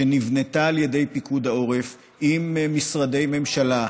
שנבנתה על ידי פיקוד העורף, עם משרדי ממשלה.